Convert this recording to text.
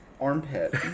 armpit